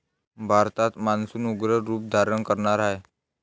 भारतात मान्सून उग्र रूप धारण करणार आहे